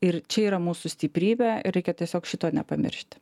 ir čia yra mūsų stiprybė ir reikia tiesiog šito nepamiršti